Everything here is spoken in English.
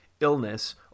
illness